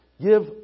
give